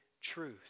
truth